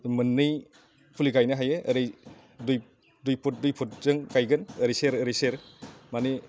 बे मोननै फुलि गायनो हायो ओरै दुइ फुत दुइ फुतजों गायगोन ओरै सेर ओरै सेर माने